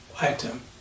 item